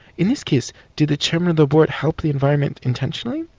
in this case did the chairman of the board help the environment intentionally?